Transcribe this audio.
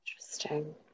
Interesting